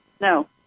No